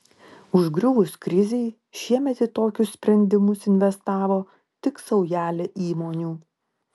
užgriuvus krizei šiemet į tokius sprendimus investavo tik saujelė įmonių